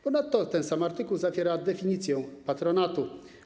Ponadto ten sam artykuł zawiera definicję patronatu.